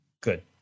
Good